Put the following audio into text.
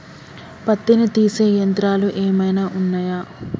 పత్తిని తీసే యంత్రాలు ఏమైనా ఉన్నయా?